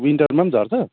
विन्टरमा पनि झर्छ